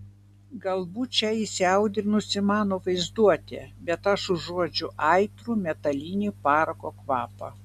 galbūt čia įsiaudrinusi mano vaizduotė bet ar užuodžiu aitrų metalinį parako kvapą